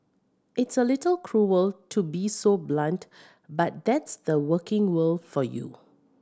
it's a little cruel to be so blunt but that's the working world for you